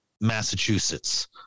Massachusetts